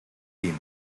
team